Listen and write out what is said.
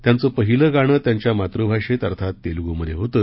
त्यांचं पहिलं गाणं त्यांच्या मातृभाषेत अर्थात तेलगूमधे होतं